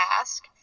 ask